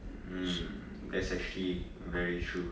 mm that's actually very true